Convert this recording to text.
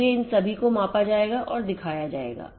इसलिए इन सभी को मापा जाएगा और दिखाया जाएगा